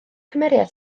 cymeriad